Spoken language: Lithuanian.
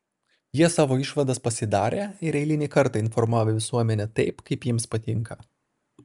jie savo išvadas pasidarė ir eilinį kartą informavo visuomenę taip kaip jiems patinka